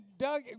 Doug